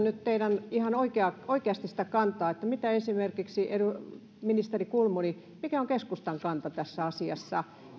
nyt teiltä ensiksi kysyä ihan oikeasti sitä mikä esimerkiksi ministeri kulmuni on keskustan kanta tässä asiassa